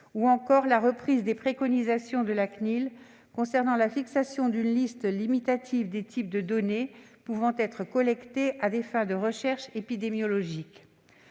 ou encore la reprise des préconisations de la CNIL concernant la fixation d'une liste limitative des types de données pouvant être collectées à des fins de recherche épidémiologique.